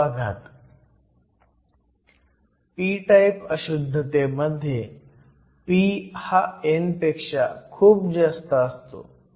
p type अशुद्धतेमध्ये p हा n पेक्षा खूप जास्त असतो